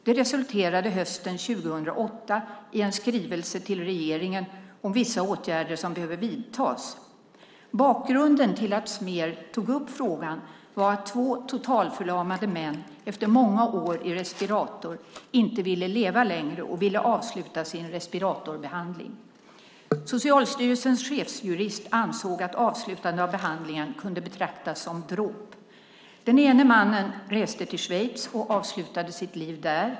Det resulterade hösten 2008 i en skrivelse till regeringen om vissa åtgärder som behöver vidtas. Bakgrunden till att Smer tog upp frågan var att två totalförlamade män efter många år i respirator inte ville leva längre och ville avsluta sin respiratorbehandling. Socialstyrelsens chefsjurist ansåg att avslutande av behandlingen kunde betraktas som dråp. Den ene mannen reste till Schweiz och avslutade sitt liv där.